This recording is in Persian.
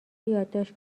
یادداشت